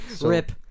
Rip